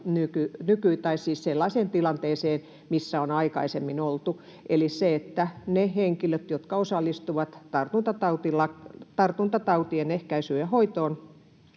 eräällä lailla sellaiseen tilanteeseen, missä on aikaisemmin oltu. Eli ne henkilöt, jotka osallistuvat tartuntatautien ehkäisyyn ja hoitoon,